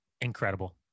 incredible